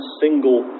single